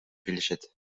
билишет